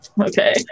Okay